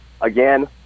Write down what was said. again